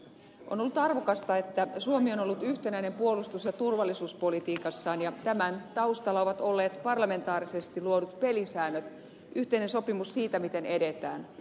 on ollut arvokasta että suomi on ollut yhtenäinen puolustus ja turvallisuuspolitiikassaan ja tämän taustalla ovat olleet parlamentaarisesti luodut pelisäännöt yhteinen sopimus siitä miten edetään